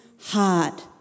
heart